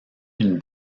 une